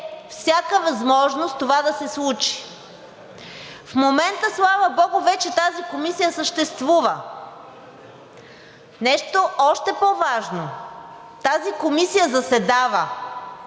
всяка възможност това да се случи. В момента, слава богу, вече тази комисия съществува. Нещо още по важно, тази комисия заседава.